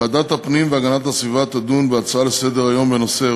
ועדת הפנים והגנת הסביבה תדון בהצעות לסדר-היום בנושא: